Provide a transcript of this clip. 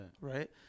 right